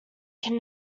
can